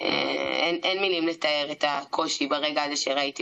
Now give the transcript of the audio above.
את כל מה שצריך לעשות,